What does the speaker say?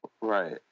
Right